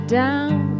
down